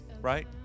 right